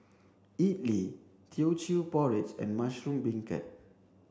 idly Teochew porridge and mushroom beancurd